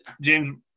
James